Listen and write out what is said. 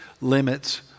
limits